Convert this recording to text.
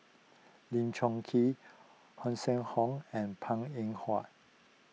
Lim Chong Keat Hanson Ho and Png Eng Huat